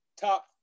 top